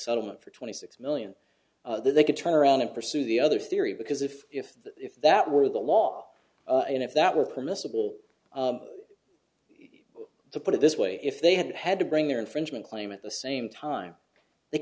settlement for twenty six million they could turn around and pursue the other theory because if if if that were the law and if that were permissible to put it this way if they had had to bring their infringement claim at the same time they